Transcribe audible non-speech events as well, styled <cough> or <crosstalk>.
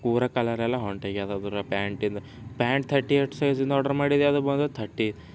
ಪೂರಾ ಕಲರೆಲ್ಲ ಹೊಂಟು ಹೊಗ್ಯದ ಅದು <unintelligible> ಪ್ಯಾಂಟಿಂದು ಪ್ಯಾಂಟ್ ಥರ್ಟಿ ಏಟ್ ಸೈಝಿಂದು ಆಡ್ರ್ ಮಾಡಿದ್ದೆ ಅದು ಬಂದದ ಥರ್ಟಿ